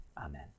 Amen